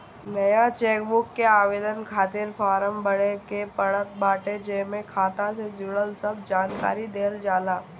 नया चेकबुक के आवेदन खातिर फार्म भरे के पड़त बाटे जेमे खाता से जुड़ल सब जानकरी देहल जाला